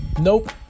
Nope